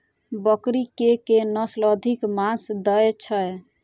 बकरी केँ के नस्ल अधिक मांस दैय छैय?